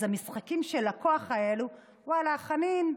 אז המשחקים האלו של הכוח, ואללה, חנין,